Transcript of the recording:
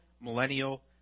millennial